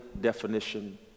definition